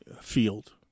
field